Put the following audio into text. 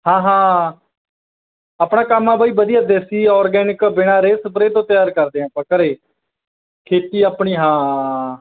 ਹਾਂ ਹਾਂ ਆਪਣਾ ਕੰਮ ਆ ਬਾਈ ਵਧੀਆ ਦੇਸੀ ਔਰਗੈਨਿਕ ਬਿਨਾ ਰੇਹ ਸਪਰੇ ਤੋਂ ਤਿਆਰ ਕਰਦੇ ਹਾਂ ਆਪਾਂ ਘਰੇ ਖੇਤੀ ਆਪਣੀ ਹਾਂ